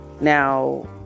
Now